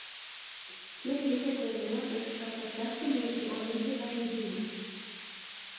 kiek reikia treniruotis kad patektumei į olimpines žaidynes